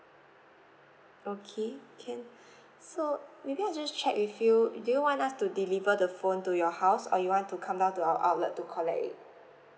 okay can so maybe I just check with you do you want us to deliver the phone to your house or you want to come down to our outlet to collect it